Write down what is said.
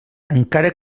encara